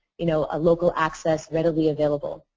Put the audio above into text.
you know, a local access readily available.